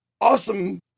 awesome